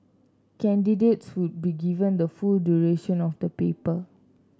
candidates would be given the full duration of the paper